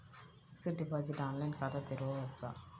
Fixed deposit online ఖాతా తెరువవచ్చా?